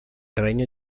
regno